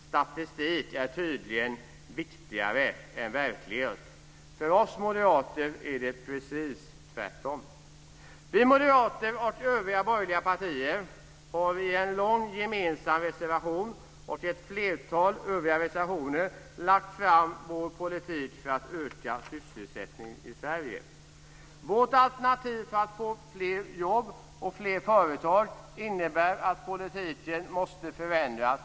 Statistik är tydligen viktigare än verklighet. För oss moderater är det precis tvärtom. Moderaterna och övriga borgerliga partier har i en lång gemensam reservation och i ett flertal övriga reservationer lagt fram vår politik för att öka sysselsättningen i Sverige. Vårt alternativ för att få fler jobb och fler företag innebär att politiken måste förändras.